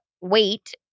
wait